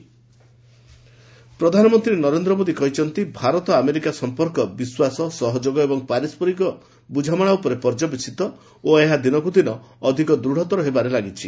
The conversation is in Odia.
ପିଏମ୍ ଟ୍ରମ୍ପ ପ୍ରଧାନମନ୍ତ୍ରୀ ନରେନ୍ଦ୍ର ମୋଦି କହିଛନ୍ତି ଭାରତ ଆମେରିକା ସଂପର୍କ ବିଶ୍ୱାସ ସହଯୋଗ ଏବଂ ପାରସ୍କରିକ ବୁଝାମଣା ଉପରେ ପର୍ଯ୍ୟବେସିତ ଓ ଏହା ଦିନକୁ ଦିନ ଅଧିକ ଦୂଢ଼ତର ହେବାରେ ଲାଗିଛି